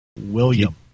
William